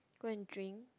go and drink